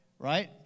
Right